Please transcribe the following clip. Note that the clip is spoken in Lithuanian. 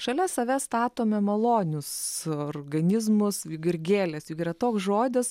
šalia savęs statome malonius organizmus juk ir gėlės juk yra toks žodis